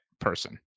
person